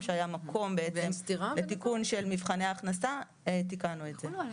שהיה מקום לתיקון של מבחני ההכנסה תיקנו את זה.